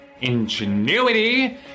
Ingenuity